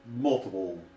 multiple